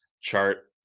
chart